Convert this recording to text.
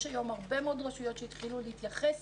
יש היום הרבה מאוד רשויות שהתחילו להתייחס